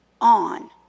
on